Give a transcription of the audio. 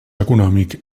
econòmic